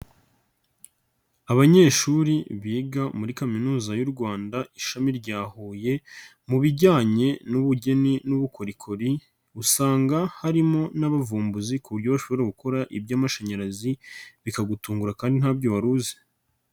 Abanyeshuri biga muri Kaminuza y'u Rwanda ishami rya Huye mu bijyanye n'ubugeni n'ubukorikori usanga harimo n'abavumbuzi ku buryo bashobora gukora iby'amashanyarazi bikagutungura kandi ntabyo wari uzi.